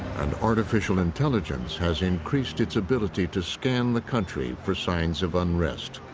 and artificial intelligence has increased its ability to scan the country for signs of unrest.